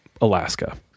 Alaska